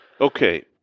Okay